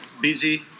Busy